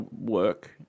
work